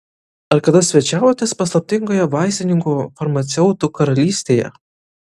ar kada svečiavotės paslaptingoje vaistininkų farmaceutų karalystėje